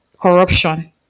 corruption